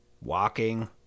walking